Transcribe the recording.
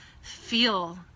feel